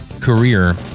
career